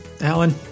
Alan